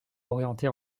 orientés